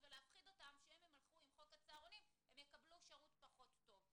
ולהפחיד אותם שאם הם הלכו עם חוק הצהרונים הם יקבלו שירות פחות טוב.